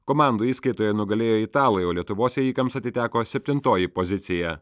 komandų įskaitoje nugalėjo italai o lietuvos ėjikams atiteko septintoji pozicija